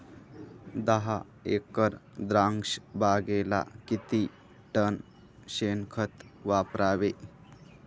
दहा एकर द्राक्षबागेला किती टन शेणखत वापरावे?